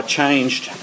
changed